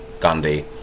Gandhi